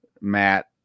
Matt